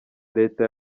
leta